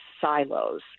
silos